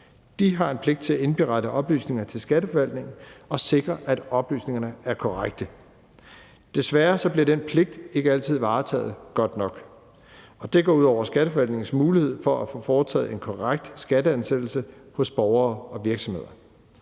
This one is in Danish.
De har en pligt til at indberette oplysninger til Skatteforvaltningen og sikre, at oplysningerne er korrekte. Desværre bliver den pligt ikke altid varetaget godt nok. Det går ud over Skatteforvaltningens mulighed for at få foretaget en korrekt skatteansættelse hos borgere og virksomheder.